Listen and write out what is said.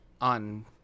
on